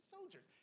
Soldiers